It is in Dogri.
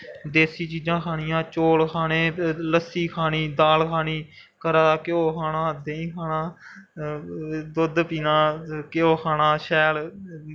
देस्सी चीजां खानियां चौल खान लस्सी खानी दाल खानी घरा दा घ्यो खाना दुद्ध पीना घ्यो खाना शैल